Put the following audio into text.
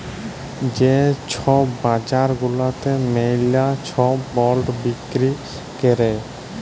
যে ছব বাজার গুলাতে ম্যালা ছব বল্ড বিক্কিরি ক্যরে